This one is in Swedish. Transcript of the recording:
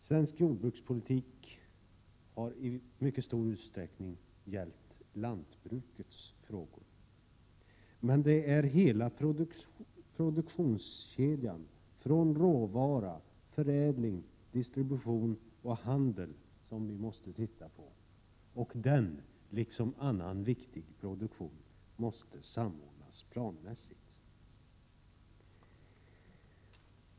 Svensk jordbrukspolitik har i mycket stor utsträckning gällt lantbrukets frågor. Men det är hela produktionskedjan från råvara till förädling, distribution och handel, som vi måste titta på, och den liksom annan viktig produktion måste samordnas planmässigt.